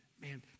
Man